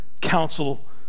counsel